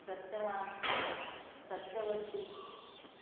Satyaman Satyavati